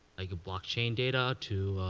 like a blockchain data to,